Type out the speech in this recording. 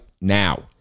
now